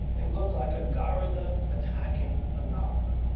they look like a garuda attacking a naga.